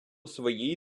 своїй